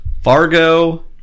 Fargo